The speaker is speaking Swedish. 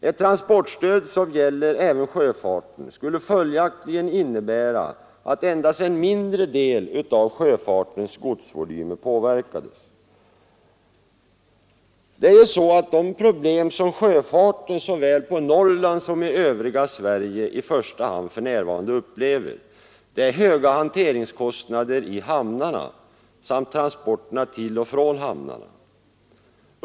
Ett transportstöd som gäller även sjöfarten skulle följaktligen innebära att endast en mindre del av sjöfartens godsvolym påverkades. De problem som sjöfarten såväl på Norrland som i övriga Sverige i första hand upplever för närvarande är höga hanteringskostnader i hamnarna samt transporterna till och från hamnarna.